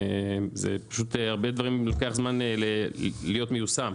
זה לוקח זמן להיות מיושם,